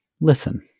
listen